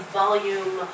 volume